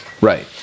Right